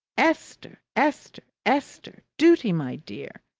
esther, esther, esther! duty, my dear!